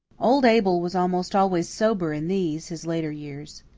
old abel was almost always sober in these, his later years.